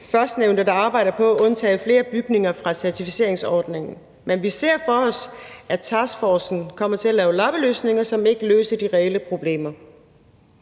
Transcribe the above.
førstnævnte arbejder på at undtage flere bygninger fra certificeringsordningen. Men vi ser for os, at taskforcen kommer til at lave lappeløsninger, som ikke løser de reelle problemer.